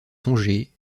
songer